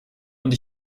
und